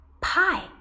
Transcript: Pie